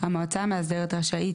המועצה המאסדרת רשאית,